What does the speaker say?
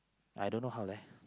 I don't know how ah